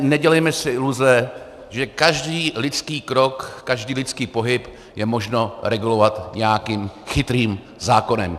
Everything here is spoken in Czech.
Nedělejme si iluze, že každý lidský krok, každý lidský pohyb je možné regulovat nějakým chytrým zákonem.